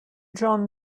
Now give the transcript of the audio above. john